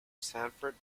sanford